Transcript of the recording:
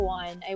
one